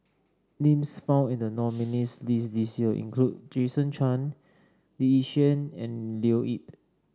names found in the nominees' list this year include Jason Chan Lee Yi Shyan and Leo Yip